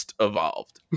evolved